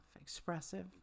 expressive